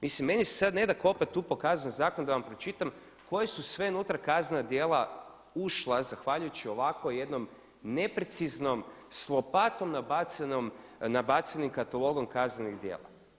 Mislim meni se sad ne da kopati tu po Kaznenom zakonu da vam pročitam koje su sve unutra kaznena djela ušla zahvaljujući ovakvo jednom nepreciznom s lopatom nabacanim katalogom kaznenih djela.